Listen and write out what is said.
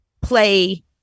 play